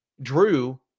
Drew